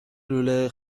لوله